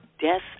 Death